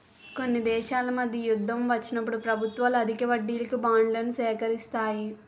కొన్ని దేశాల మధ్య యుద్ధం వచ్చినప్పుడు ప్రభుత్వాలు అధిక వడ్డీలకు బాండ్లను సేకరిస్తాయి